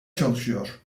çalışıyor